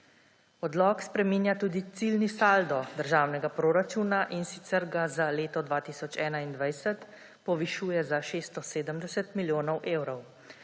Odlok spreminja tudi ciljni saldo državnega proračuna, in sicer ga za leto 2021 povišuje za 670 milijonov evrov,